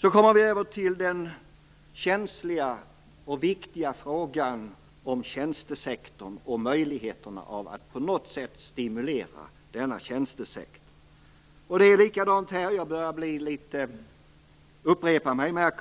Så kommer vi över till den känsliga och viktiga frågan om tjänstesektorn och möjligheterna att på något sätt stimulera denna sektor. Jag märker att jag börjar upprepa mig, men